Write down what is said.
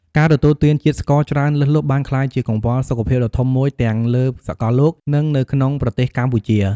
ការទទួលទានជាតិស្ករច្រើនលើសលប់បានក្លាយជាកង្វល់សុខភាពដ៏ធំមួយទាំងលើសកលលោក និងនៅក្នុងប្រទេសកម្ពុជា។